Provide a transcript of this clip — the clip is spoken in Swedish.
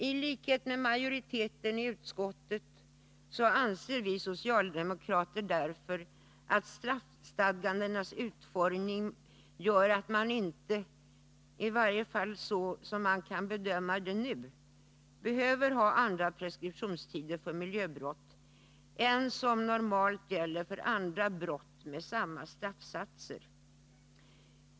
I likhet med majoriteten i utskottet anser vi socialdemokrater därför att straffstadgandenas utformning gör att man inte, i varje fall såvitt nu kan bedömas, behöver ha andra preskriptionstider för miljöbrott än som normalt gäller för andra brott med samma straffsatser.